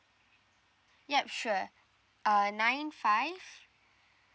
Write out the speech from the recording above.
yup sure uh nine five